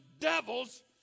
devils